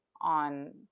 on